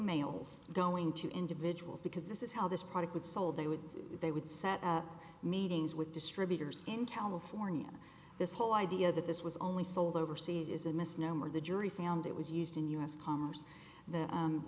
mails going to individuals because this is how this product would sold they would they would set up meetings with distributors in california this whole idea that this was only sold overseas is a misnomer the jury found it was used in u s commerce th